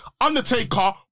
Undertaker